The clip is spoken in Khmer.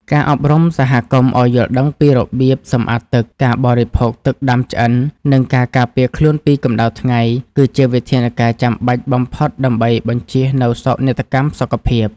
ការអប់រំសហគមន៍ឱ្យយល់ដឹងពីរបៀបសម្អាតទឹក ការបរិភោគទឹកដាំឆ្អិន និងការការពារខ្លួនពីកម្ដៅថ្ងៃ គឺជាវិធានការចាំបាច់បំផុតដើម្បីបញ្ជៀសនូវសោកនាដកម្មសុខភាព។